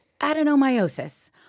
adenomyosis